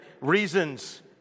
Reasons